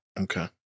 Okay